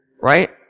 right